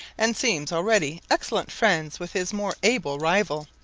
and seems already excellent friends with his more able rival.